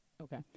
Okay